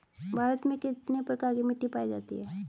भारत में कितने प्रकार की मिट्टी पाई जाती हैं?